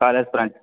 college friends